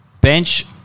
Bench